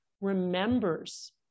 remembers